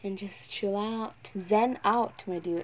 and just chill out zen out my dude